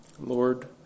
Lord